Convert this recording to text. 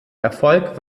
erfolg